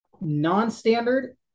non-standard